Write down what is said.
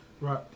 Right